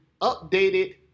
updated